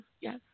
yes